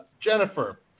Jennifer